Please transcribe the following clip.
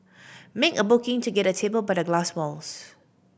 make a booking to get a table by the glass walls